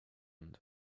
and